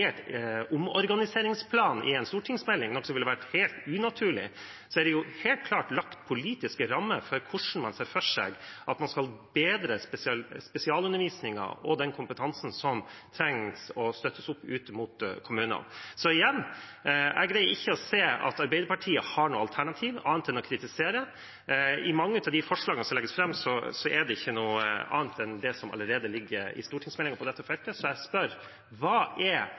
omorganiseringsplan i en stortingsmelding, noe som ville vært helt unaturlig, er det helt klart lagt politiske rammer for hvordan man ser for seg at man skal bedre spesialundervisningen og den kompetansen som man trenger å støtte opp ute mot kommunene. Så igjen: Jeg greier ikke å se at Arbeiderpartiet har noe alternativ annet enn å kritisere. I mange av de forslagene som legges fram, er det ikke noe annet enn det som allerede ligger i stortingsmeldingen på dette feltet. Så jeg spør: Hva er